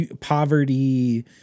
poverty